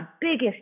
biggest